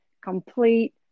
complete